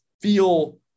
feel